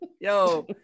yo